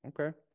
Okay